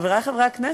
חברי חברי הכנסת,